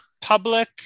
public